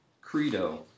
Credo